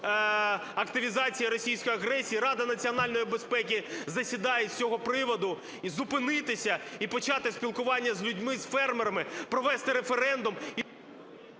активізації російської агресії (Рада національної безпеки засідає з цього приводу), зупинитися і почати спілкування з людьми, з фермерами, провести референдум…